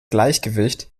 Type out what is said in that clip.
gleichgewicht